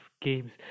games